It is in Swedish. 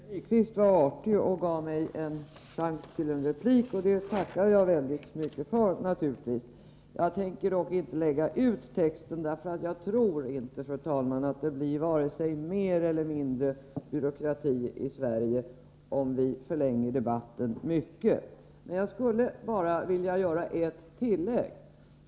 Fru talman! Yngve Nyquist var artig och gav mig chans till en replik. Det Fredagen den tackar jag naturligtvis väldigt mycket för. Jag tänker dock inte lägga ut 13 april 1984 texten, för jag tror inte, fru talman, att det blir vare sig mer eller mindre byråkrati i Sverige om vi förlänger debatten mycket mer. Jag skulle bara vilja göra ett tillägg.